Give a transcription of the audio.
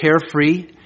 carefree